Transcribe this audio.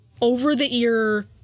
over-the-ear